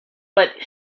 but